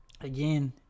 again